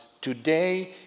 today